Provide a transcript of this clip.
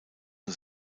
nur